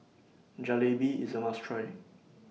Jalebi IS A must Try